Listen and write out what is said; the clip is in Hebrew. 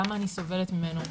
למה אני סובלת ממנו,